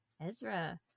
Ezra